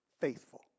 faithful